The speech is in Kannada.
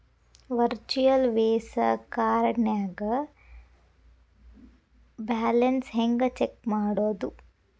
ವರ್ಚುಯಲ್ ವೇಸಾ ಕಾರ್ಡ್ನ್ಯಾಗ ಬ್ಯಾಲೆನ್ಸ್ ಹೆಂಗ ಚೆಕ್ ಮಾಡುದು?